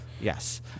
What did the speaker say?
Yes